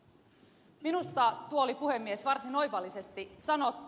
minusta tuo oli puhemies varsin oivallisesti sanottu